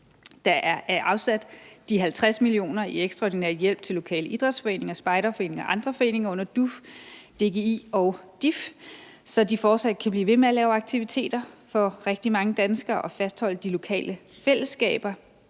Der er afsat 50 mio. kr. i ekstraordinær hjælp til lokale idrætsforeninger, spejderforeninger og andre foreninger under DUF, DGI og DIF, så de fortsat kan blive ved med at lave aktiviteter for rigtig mange danskere og fastholde de lokale fællesskaber,